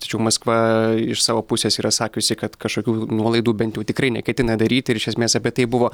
tačiau maskva iš savo pusės yra sakiusi kad kažkokių nuolaidų bent jau tikrai neketina daryti iš esmės apie tai buvo